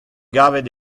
gavet